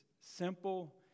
simple